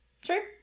Sure